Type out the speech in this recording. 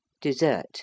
Dessert